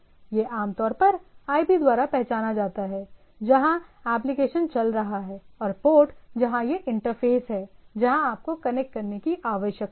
यह आमतौर पर IP द्वारा पहचाना जाता है जहां एप्लिकेशन चल रहा है और पोर्ट जहां यह इंटरफ़ेस है जहां आपको कनेक्ट करने की आवश्यकता है